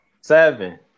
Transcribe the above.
Seven